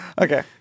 Okay